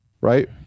Right